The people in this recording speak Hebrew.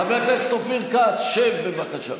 חבר הכנסת אופיר כץ, שב, בבקשה.